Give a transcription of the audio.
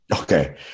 Okay